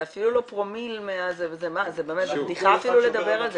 זה אפילו לא פרומיל מה- -- זה בדיחה אפילו לדבר על זה.